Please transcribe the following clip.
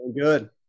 Good